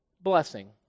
blessing